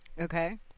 Okay